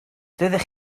doeddech